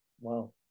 wow